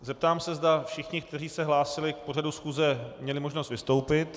Zeptám se, zda všichni, kteří se hlásili k pořadu schůze, měli možnost vystoupit.